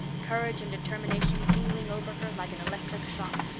courage and determination tingling over her like an electric shock.